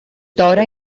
τώρα